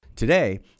Today